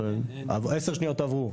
10 שניות עברו.